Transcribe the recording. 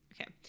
okay